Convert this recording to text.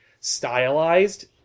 stylized